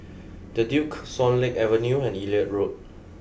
the Duke Swan Lake Avenue and Elliot Road